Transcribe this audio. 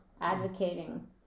advocating